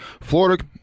Florida